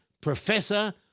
Professor